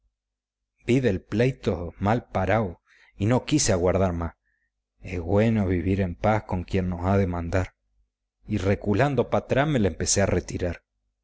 vide el pleito mal parao y no quise aguardar más es güeno vivir en paz con quien nos ha de mandar y reculando pa atrás me le empecé a retirar